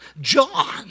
John